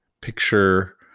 picture